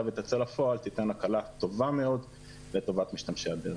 ותצא לפועל תתן הקלה טובה מאוד לטובת משתמשי הדרך.